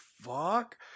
fuck